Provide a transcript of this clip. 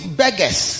beggars